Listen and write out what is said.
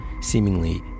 seemingly